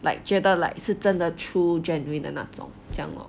like 觉得 like 是的 true genuine 的那种这样 lor